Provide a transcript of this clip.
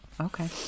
Okay